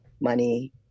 money